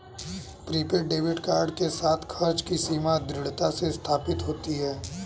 prepaid debit card के साथ, खर्च की सीमा दृढ़ता से स्थापित होती है